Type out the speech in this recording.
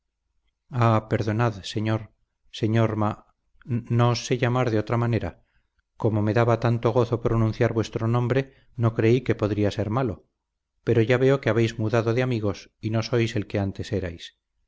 perdonad señor señor ma no os sé llamar de otra manera como me daba tanto gozo pronunciar vuestro nombre no creí que podría ser malo pero ya veo que habéis mudado de amigos y no sois el que antes erais